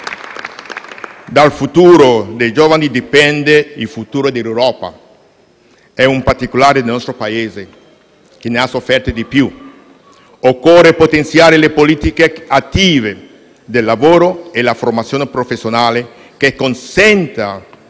Dal futuro dei giovani dipende il futuro dell'Europa e, in particolare, del nostro Paese, che ha sofferto di più: occorre potenziare le politiche attive del lavoro e la formazione professionale per consentire un